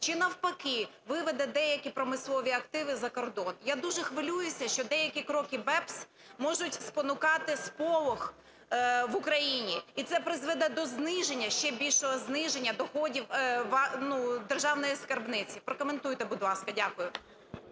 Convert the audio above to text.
чи, навпаки, виведе деякі промислові активи за кордон? Я дуже хвилююся, що деякі кроки BEPS можуть спонукати сполох в Україні і це призведе до зниження, ще більшого зниження доходів державної скарбниці. Прокоментуйте, будь ласка. Дякую.